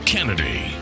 Kennedy